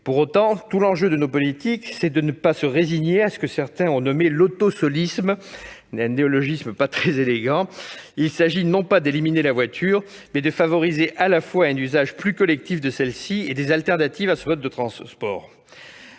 Pour autant, tout l'enjeu de nos politiques, c'est de ne pas se résigner à ce que certains ont nommé « l'autosolisme », un néologisme pas très élégant. Il s'agit non pas d'éliminer la voiture, mais d'en favoriser un usage plus collectif, ainsi que les alternatives. L'enjeu est de réduire